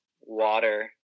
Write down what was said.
water